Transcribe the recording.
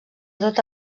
tota